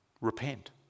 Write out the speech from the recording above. repent